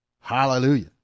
Hallelujah